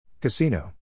Casino